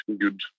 good